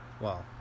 Wow